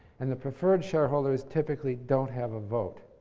and the preferred shareholders typically don't have a vote.